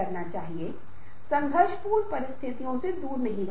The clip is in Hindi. साक्षात्कार कौशल यह हमारे पाठ्यक्रम के ढांचे के भीतर नहीं था